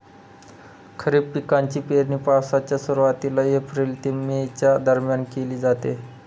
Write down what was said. खरीप पिकांची पेरणी पावसाच्या सुरुवातीला एप्रिल ते मे च्या दरम्यान केली जाते